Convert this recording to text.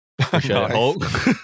Hulk